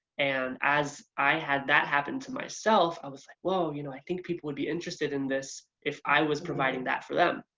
and as i had that happen to myself, i was like whoa you know i think people would be interested in this if i was providing that for them.